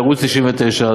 בערוץ 99,